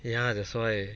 ya that's why